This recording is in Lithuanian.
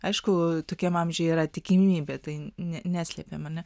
aišku tokiam amžiuje yra tikimybė tai neslepėm ane